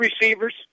receivers